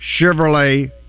Chevrolet